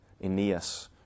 Aeneas